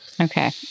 Okay